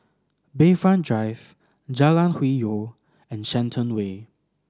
Bayfront Drive Jalan Hwi Yoh and Shenton Way